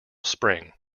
spring